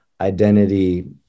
identity